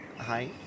Hi